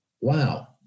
wow